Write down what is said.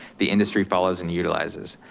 the industry follows and utilizes.